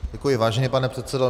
Děkuji, vážený pane předsedo.